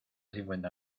cincuenta